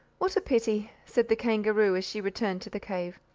what a pity! said the kangaroo, as she returned to the cave,